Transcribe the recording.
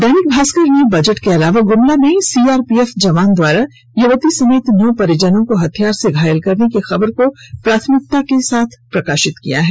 दैनिक भास्कर ने बजट के अलावे गुमला में सीआरपीएफ जवान के द्वारा युवती समेत नौ परिजनों को हथियार से घायल करने की खबर को प्राथमिकता के साथ प्रकाशित किया है